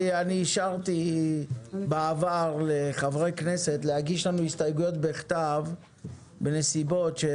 אני אישרתי בעבר לחברי כנסת להגיש לנו הסתייגויות בכתב בנסיבות של